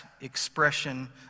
expression